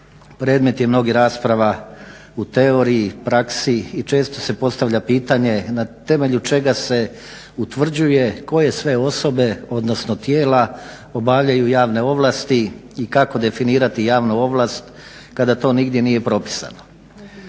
predmet je mnogih rasprava u teoriji, praksi i često se postavlja pitanje na temelju čega se utvrđuje koje sve osobe odnosno tijela obavljaju javne ovlasti i kako definirati javnu ovlast kada to nigdje nije propisano.